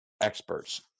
experts